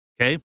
Okay